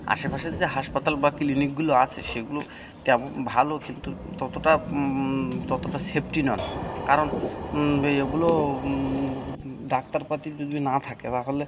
আশেপাশের যে হাসপাতাল বা ক্লিনিকগুলো আছে সেগুলো তেমন ভালো কিন্তু ততটা ততটা সেফটি নয় কারণ এগুলো ডাক্তারপাতি যদি না থাকে তাহলে